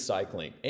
Cycling